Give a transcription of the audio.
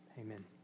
amen